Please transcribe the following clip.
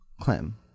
Clem